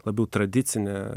labiau tradicine